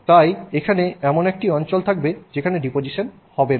সুতরাং এখানে এমন একটি অঞ্চল থাকবে যেখানে ডিপোজিশন ঘটে না